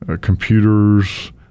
Computers